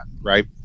right